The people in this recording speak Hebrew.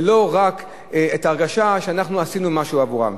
ולא רק את ההרגשה שעשינו משהו עבורם.